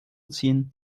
ziehen